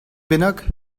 bennak